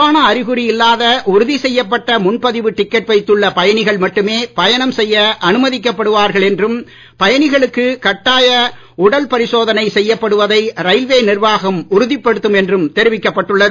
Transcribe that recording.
corona அறிகுறி இல்லாத உறுதி செய்யப்பட்ட முன்பதிவு டிக்கெட் வைத்துள்ள பயணிகள் மட்டுமே பயணம் செய்ய அனுமதிக்கப்படுவார்கள் என்றும் பயணிகளுக்கு கட்டாய உடல் பரிசோதனை செய்யப்படுவதை ரயில்வே நிர்வாகம் உறுதிப்படுத்தும் என்றும் தெரிவிக்கப்பட்டுள்ளது